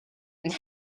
and